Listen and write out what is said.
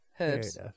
Herbs